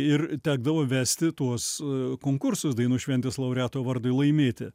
ir tekdavo vesti tuos konkursus dainų šventės laureato vardui laimėti